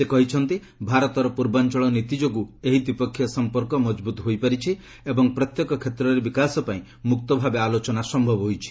ସେ କହିଛନ୍ତି ଭାରତର ପୂର୍ବାଞ୍ଚଳ ନୀତି ଯୋଗୁଁ ଏହି ଦ୍ୱିପକ୍ଷୀୟ ସମ୍ପର୍କ ମଜବୃତ୍ ହୋଇପାରିଛି ଏବଂ ପ୍ରତ୍ୟେକ କ୍ଷେତ୍ରରେ ବିକାଶ ପାଇଁ ମୁକ୍ତଭାବେ ଆଲୋଚନା ସମ୍ଭବ ହୋଇଛି